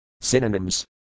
Synonyms